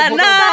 no